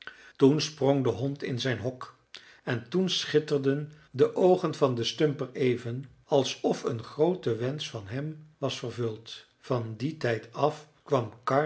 toen sprong de hond in zijn hok en toen schitterden de oogen van den stumper even alsof een groote wensch van hem was vervuld van dien tijd af